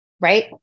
Right